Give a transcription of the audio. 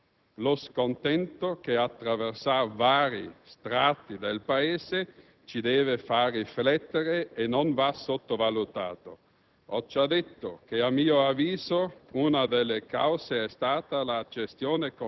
Lo dimostra, purtroppo, la caduta del consenso di questo Esecutivo, una caduta che va messa in relazione ad una finanziaria troppo pesante e troppo fondata sulle entrate.